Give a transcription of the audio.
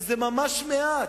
וזה ממש מעט.